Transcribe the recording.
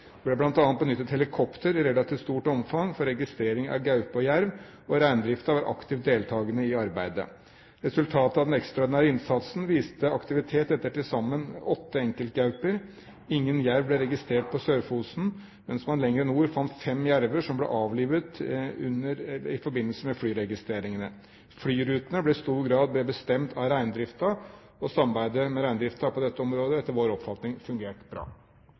Det ble bl.a. benyttet helikopter i relativt stort omfang for registrering av gaupe og jerv, og reindriften var aktivt deltakende i arbeidet. Resultatet av den ekstraordinære innsatsen viste aktivitet etter til sammen åtte enkeltgauper. Ingen jerv ble registrert på Sør-Fosen, mens man lenger nord fant fem jerver som ble avlivet i forbindelse med flyregistreringene. Flyrutene ble i stor grad bestemt av reindriften, og samarbeidet med reindriften på dette området har etter vår oppfatning fungert bra.